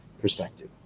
perspective